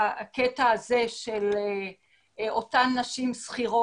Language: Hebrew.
נשמח שזה אכן יקרה כמו שאתה מציין שצריך.